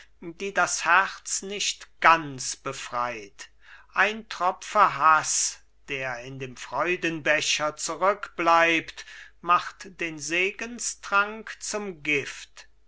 die das herz nicht ganz befreit ein tropfe haß der in dem freudenbecher zurückbleibt macht den segenstrank zum gift